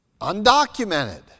undocumented